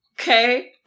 okay